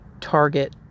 target